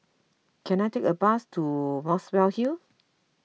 can I take a bus to Muswell Hill